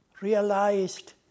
realized